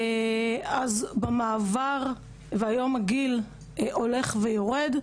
אז במעבר והיום הגיל הולך ויורד.